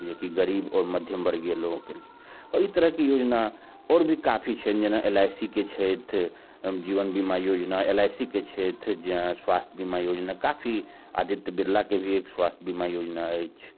जेकि गरीब आओर मध्यम वर्गीय लोगोके लिए एहि तरहके योजना आओर भी काफी छनि जेना एल आइ सी के छथि जीवन बीमा योजना एल आइ सी के छथि स्वास्थ्य बीमा योजना काफी आदित्य बिरलाके भी एक स्वास्थ्य बीमा योजना अछि